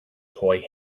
toy